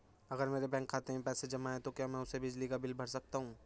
अगर मेरे बैंक खाते में पैसे जमा है तो क्या मैं उसे बिजली का बिल भर सकता हूं?